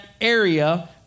area